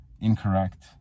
incorrect